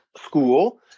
school